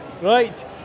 Right